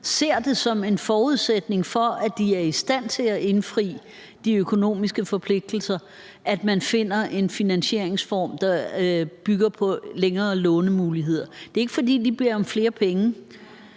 ser det som en forudsætning for at være i stand til at indfri de økonomiske forpligtelser, at man finder en finansieringsform, der bygger på længere lånemuligheder. Det er ikke, fordi de beder om flere penge.